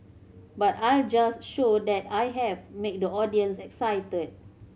but I'll just show that I have make the audience excited